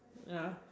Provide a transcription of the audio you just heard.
ya